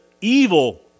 evil